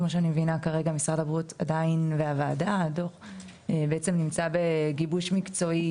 כמו שאני מבינה כרגע משרד הבריאות והוועדה עדיין נמצאים בגיבוש מקצועי